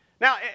Now